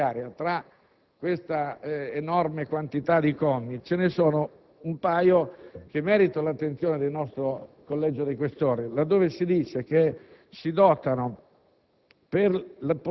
nell'ultima finanziaria, nell'enorme quantità di commi, ce ne sono un paio che meritano l'attenzione del nostro Collegio dei Questori, laddove si afferma che per